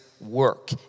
work